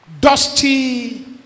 dusty